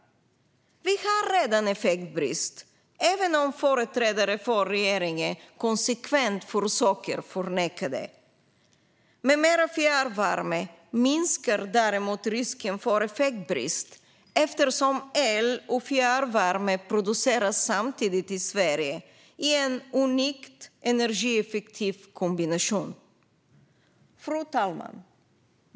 Vi har redan effektbrist, även om företrädare för regeringen konsekvent försöker att förneka detta. Med mer fjärrvärme minskar däremot risken för effektbrist eftersom el och fjärrvärme produceras samtidigt i Sverige i en unikt energieffektiv kombination. Fru talman!